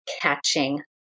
catching